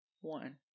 one